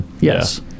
Yes